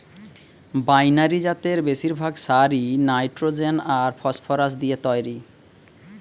binary জাতের বেশিরভাগ সারই নাইট্রোজেন আর ফসফরাস দিয়ে তইরি